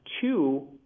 two